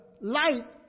light